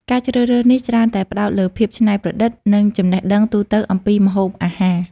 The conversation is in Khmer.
ការជ្រើសរើសនេះច្រើនតែផ្តោតលើភាពច្នៃប្រឌិត និងចំណេះដឹងទូទៅអំពីម្ហូបអាហារ។